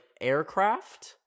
aircraft